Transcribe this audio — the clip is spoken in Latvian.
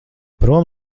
prom